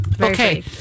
Okay